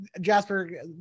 jasper